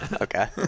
Okay